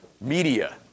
media